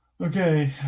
Okay